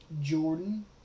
Jordan